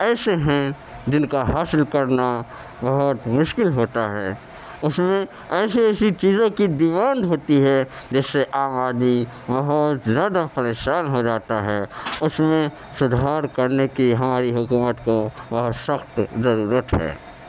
ایسے ہیں جن کا حاصل کرنا بہت مشکل ہوتا ہے اس میں ایسی ایسی چیزوں کی ڈیمانڈ ہوتی ہے جس سے عام آدمی بہت زیادہ پریشان ہو جاتا ہے اس میں سدھار کرنے کی ہماری حکومت کو بہت سخت ضرورت ہے